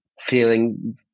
feeling